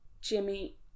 Jimmy